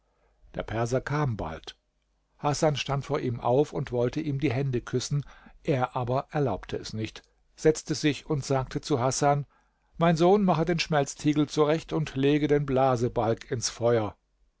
der perser kam bald hasan stand vor ihm auf und wollte ihm die hände küssen er aber erlaubte es nicht setzte sich und sagte zu hasan mein sohn mache den schmelztiegel zurecht und lege den blasebalg ans feuer